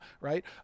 right